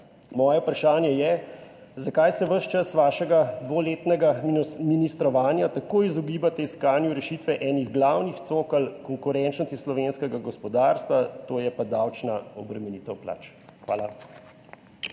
moje vprašanje je: Zakaj se ves čas vašega dvoletnega ministrovanja tako izogibate iskanju rešitve ene glavnih cokel konkurenčnosti slovenskega gospodarstva, to je pa davčna obremenitev plač? Hvala.